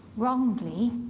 wrongly,